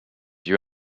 your